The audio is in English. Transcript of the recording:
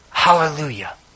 Hallelujah